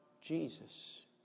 Jesus